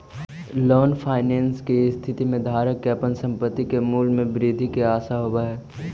long finance के स्थिति में धारक के अपन संपत्ति के मूल्य में वृद्धि के आशा होवऽ हई